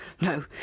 No